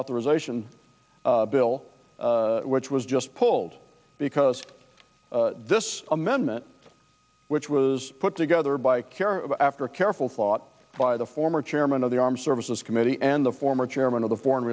authorization bill which was just pulled because this amendment which was put together by after careful thought by the former chairman of the armed services committee and the former chairman of the foreign